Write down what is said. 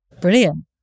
Brilliant